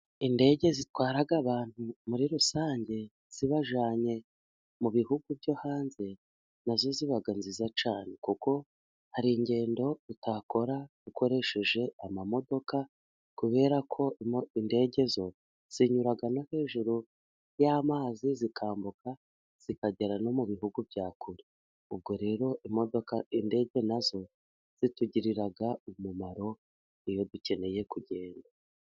Indege zitwara abantu muri rusange，zibajyanye mu bihugu byo hanze， nazo ziba nziza cyane， kuko hari ingendo utakora ukoresheje amamodoka， kubera ko indege zo zinyura no hejuru y'amazi， zikambuka，zikagera no mu bihugu bya kure. Ubwo rero imodoka，indege， nazo zitugirira umumaro， iyo dukeneye kugenda.